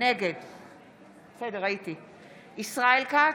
נגד ישראל כץ,